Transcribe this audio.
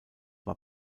war